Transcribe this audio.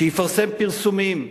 שיפרסם פרסומים.